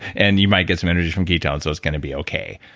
and you might get some energy from ketones so it's going to be okay.